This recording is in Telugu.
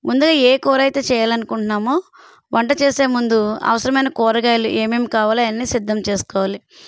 ముందు ఏ కూర అయితే చేయాలనుకుంటున్నామో వంట చేసేముందు అవసరమైన కూరగాయలు ఏమేమి కావాలో అయన్నీ సిద్ధం చేసుకోవాలి